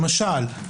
למשל,